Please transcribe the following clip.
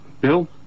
Bill